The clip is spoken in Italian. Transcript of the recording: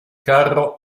carro